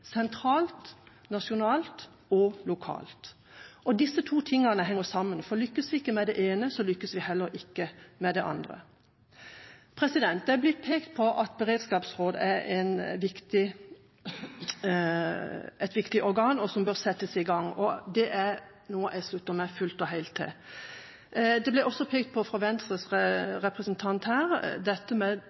nasjonalt og lokalt. Disse to tingene henger sammen, for lykkes vi ikke med det ene, lykkes vi heller ikke med det andre. Det er blitt pekt på at beredskapsråd er et viktig organ som bør settes i gang, og det er noe jeg støtter fullt og helt. Det ble også fra Venstres representant pekt på